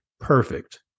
Perfect